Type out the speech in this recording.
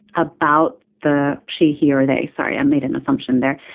about the she here are they. sorry i made an assumption there.